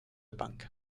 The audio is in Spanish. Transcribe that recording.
bank